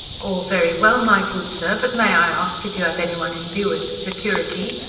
all very well, my good sir, but may i ask if you have anyone in view as a security?